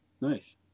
Nice